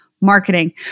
marketing